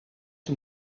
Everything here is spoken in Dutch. een